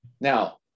now